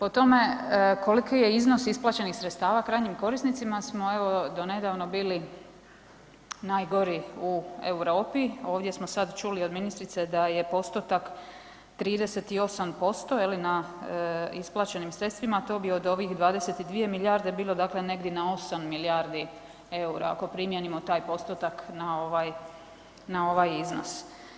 O tome koliki je iznos isplaćenih sredstava krajnjim korisnicima smo evo do nedavno bili najgori u Europi, a ovdje smo sad čuli od ministrice da je postotak 38% je li na isplaćenim sredstvima, to bi od ovih 22 milijarde bilo dakle negdje na 8 milijardi EUR-a ako primijenimo taj postotak na ovaj iznos.